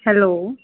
hello